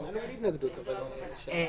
בסדר.